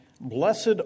Blessed